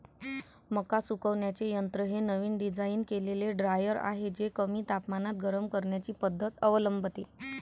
मका सुकवण्याचे यंत्र हे नवीन डिझाइन केलेले ड्रायर आहे जे कमी तापमानात गरम करण्याची पद्धत अवलंबते